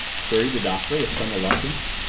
queried the doctor with some reluctance.